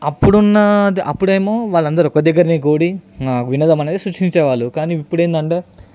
అప్పుడు ఉన్న అప్పుడు ఏమో వాళ్ళందరు ఒక్క దగ్గర కూడి వినోదం అనేది సృష్టించే వాళ్ళు కానీ ఇప్పుడు ఏంటంటే